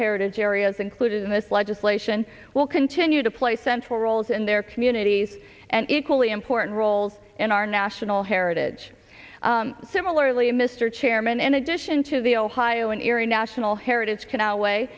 heritage areas included in this legislation will continue to play a central roles in their communities and equally important roles in our national heritage similarly mr chairman in addition to the ohio area national heritage can ou